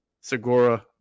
Segura